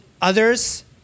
others